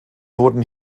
wurden